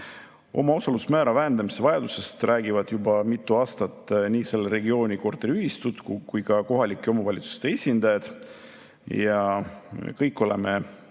Omaosalusmäära vähendamise vajadusest on juba mitu aastat rääkinud nii selle regiooni korteriühistud kui ka kohalike omavalitsuste esindajad. Me kõik oleme